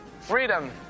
freedom